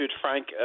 Frank